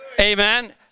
Amen